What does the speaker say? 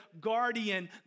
guardian